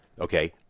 okay